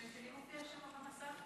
ההצעה להעביר את הנושא לוועדת הכלכלה נתקבלה.